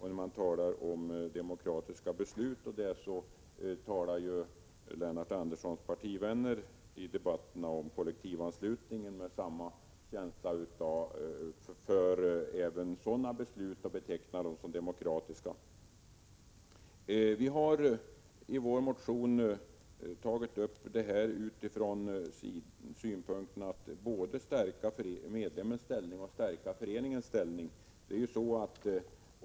Här talas om demokratiska beslut, men i debatterna om kollektivanslutningen talar Lennart Anderssons partivänner med samma känsla om de beslut som sammanhänger med den och betecknar dem som demokratiska. I vår motion har vi tagit upp frågan med syftet att stärka både medlemmens och föreningens ställning.